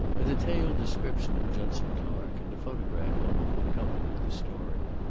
a detailed description of judson clark, and a photograph of him accompanied the story.